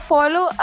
Follow